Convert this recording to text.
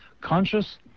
conscious